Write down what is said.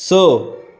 स